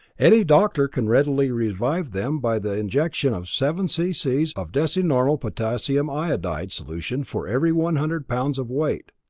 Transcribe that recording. any doctor can readily revive them by the injection of seven c c. of decinormal potassium iodide solution for every one hundred pounds of weight.